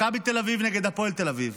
מכבי תל אביב נגד הפועל תל אביב,